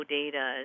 data